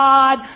God